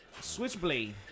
Switchblade